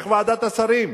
איך ועדת השרים.